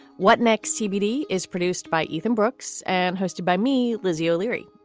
what next? tbd is produced by ethan brooks and hosted by me. lizzie o'leary.